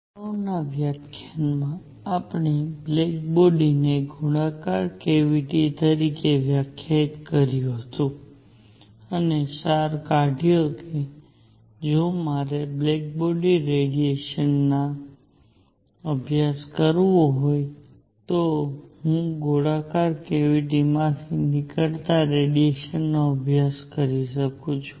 અગાઉના વ્યાખ્યાનમાં આપણે બ્લેક બોડીને ગોળાકાર કેવીટી તરીકે વ્યાખ્યાયિત કર્યું હતું અને સાર કાઢ્યો કે જો મારે બ્લેક બોડીના રેડીએશનનો અભ્યાસ કરવો હોય તો હું ગોળાકાર કેવીટીમાંથી નીકળતા રેડીએશનનો અભ્યાસ કરી શકું છું